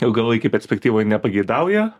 ilgalaikėj perspektyvoj nepageidauja